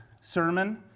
sermon